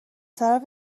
طرف